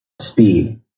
speed